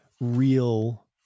real